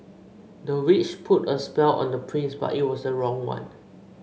the witch put a spell on the prince but it was the wrong one